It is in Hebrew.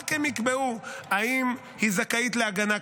רק הם יקבעו אם היא זכאית להגנה,